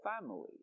family